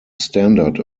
standard